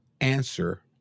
answer